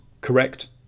correct